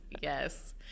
Yes